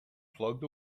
plugged